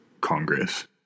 Congress